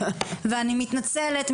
אני מתנצלת,